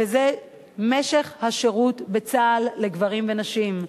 וזה משך השירות בצה"ל לגברים ונשים.